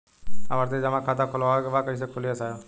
आवर्ती जमा खाता खोलवावे के बा कईसे खुली ए साहब?